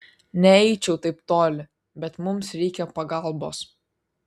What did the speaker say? neeičiau taip toli bet mums reikia pagalbos